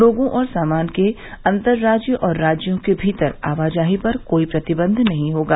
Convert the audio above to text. लोगों और सामान के अंतर राज्य और राज्यों के भीतर आवाजाही पर कोई प्रतिबंध नहीं होगा